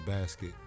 basket